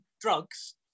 drugs